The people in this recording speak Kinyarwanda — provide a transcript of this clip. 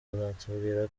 azatubwira